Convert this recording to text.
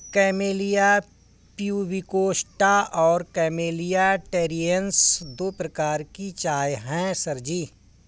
camellia प्यूबिकोस्टा और camellia टैलिएन्सिस दो प्रकार की चाय है सर जी